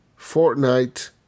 Fortnite